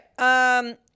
right